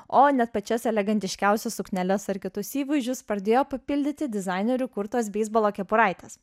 o net pačias elegantiškiausias sukneles ar kitus įvaizdžius pradėjo papildyti dizainerių kurtos beisbolo kepuraitės